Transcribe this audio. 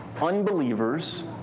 unbelievers